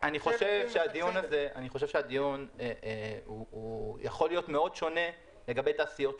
אני חושב שהדיון הזה יכול להיות מאוד שונה לגבי תעשיות שונות.